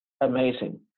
amazing